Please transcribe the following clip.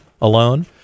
alone